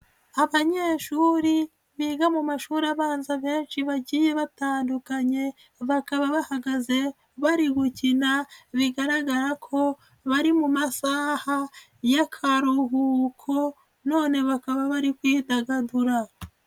Abanyeshuri biga mu mashuri abanza benshi bagiye batandukanye bakaba bahagaze bari gukina bigaragara ko bari mu masaha y'akaruhuko none bakaba bari kwidagadura.